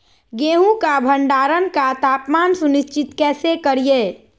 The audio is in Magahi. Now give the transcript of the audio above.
गेहूं का भंडारण का तापमान सुनिश्चित कैसे करिये?